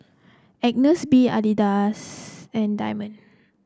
Agnes B Adidas and Diamond